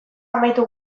amaitu